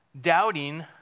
doubting